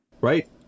right